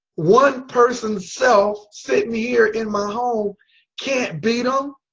one person self sitting here in my home can't beat um